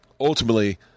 ultimately